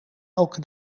elke